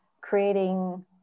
creating